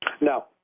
No